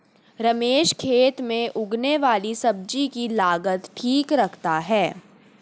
रमेश खेत में उगने वाली सब्जी की लागत ठीक रखता है